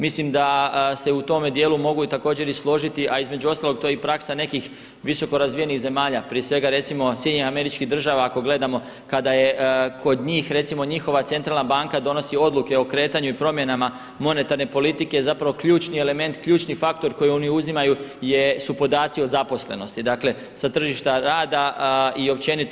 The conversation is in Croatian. Mislim da se u tome dijelu mogu također i složiti a između ostalog to je i praksa nekih visokorazvijenih zemalja, prije svega SAD-a ako gledamo kada je kod njih recimo njihova centralna banka donosi odluke o kretanju i promjenama monetarne politike je zapravo ključni element, ključni faktor koji oni uzimaju su podaci o zaposlenosti, dakle sa tržišta rada i općenito.